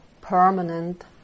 permanent